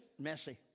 messy